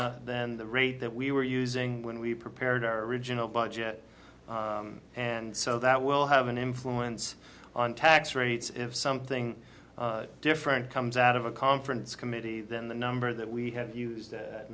not then the rate that we were using when we prepared our original budget and so that will have an influence on tax rates if something different comes out of a conference committee than the number that we have used th